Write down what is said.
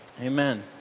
Amen